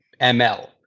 ml